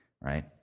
Right